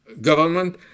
government